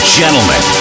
gentlemen